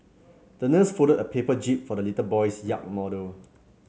the nurse folded a paper jib for the little boys yacht model